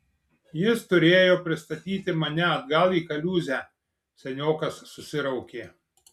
jis turėjo pristatyti mane atgal į kaliūzę seniokas susiraukė